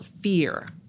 fear